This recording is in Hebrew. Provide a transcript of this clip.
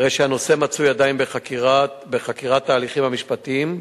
הרי שהנושא מצוי עדיין בחקירת ההליכים המשפטיים,